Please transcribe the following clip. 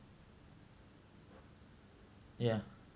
ya